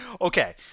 Okay